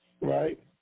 right